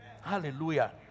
Hallelujah